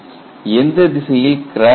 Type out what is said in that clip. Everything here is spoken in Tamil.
எந்த திசையில் கிராக் வளரும்